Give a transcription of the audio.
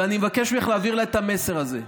ואני מבקש ממך להעביר לה את המסר הזה.